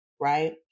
right